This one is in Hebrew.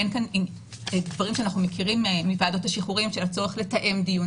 אין כאן דברים שאנחנו מכירים מוועדות השחרורים של הצורך לתאם דיון,